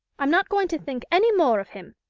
i'm not going to think any more of him,